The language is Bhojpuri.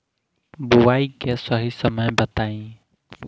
बुआई के सही समय बताई?